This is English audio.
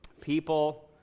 people